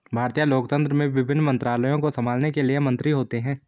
भारतीय लोकतंत्र में विभिन्न मंत्रालयों को संभालने के लिए मंत्री होते हैं